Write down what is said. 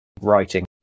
writing